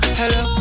hello